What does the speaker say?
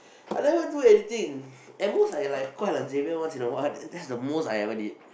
I never even do anything at most I like guai lan Xavier once in a while that's the most I ever did